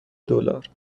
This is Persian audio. دلار